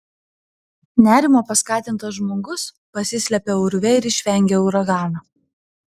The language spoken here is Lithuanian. nerimo paskatintas žmogus pasislepia urve ir išvengia uragano